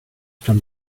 from